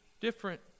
different